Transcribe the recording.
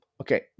okay